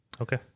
Okay